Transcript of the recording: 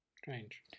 Strange